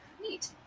Neat